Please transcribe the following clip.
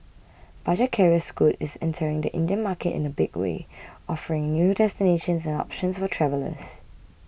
budget carrier Scoot is entering the Indian market in a big way offering new destinations and options for travellers